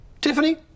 Tiffany